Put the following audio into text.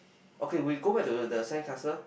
okay we go back to the sandcastle